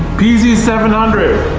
p z seven um zero